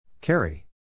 Carry